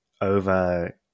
over